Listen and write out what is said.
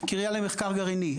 קריה למחקר גרעיני,